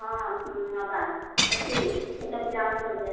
ହଁ ନେବା ଅଛି ଛୋଟ ପିଲାମାନଙ୍କର ଡ୍ରେସ୍